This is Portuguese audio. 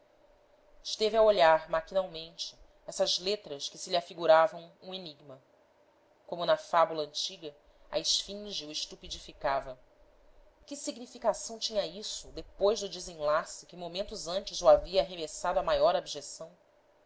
esteve a olhar maquinalmente essas letras que se lhe afigura vam um enigma como na fábula antiga a esfinge o estu pi di fi cava que significação tinha isso depois do desenlace que momentos antes o havia arremessado à maior abjeção